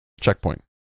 checkpoint